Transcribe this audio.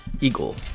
Eagle